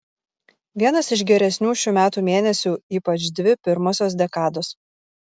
vienas iš geresnių šių metų mėnesių ypač dvi pirmosios dekados